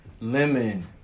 lemon